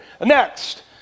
Next